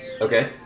Okay